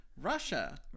Russia